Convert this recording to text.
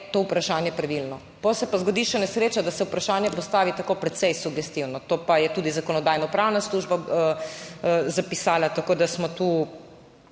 to vprašanje pravilno. Potem se pa zgodi še nesreča, da se vprašanje postavi tako precej sugestivno, to pa je tudi Zakonodajno-pravna služba zapisala, tako, da smo tu,